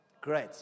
Great